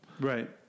Right